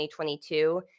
2022